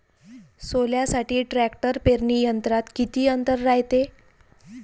सोल्यासाठी ट्रॅक्टर पेरणी यंत्रात किती अंतर रायते?